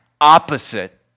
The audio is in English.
opposite